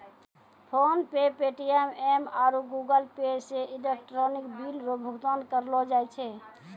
PhonePe Paytm आरु Google Pay से electronic bill रो भुगतान करलो जाय छै